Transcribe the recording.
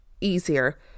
easier